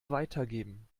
weitergeben